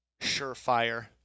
surefire